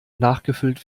nachgefüllt